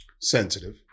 sensitive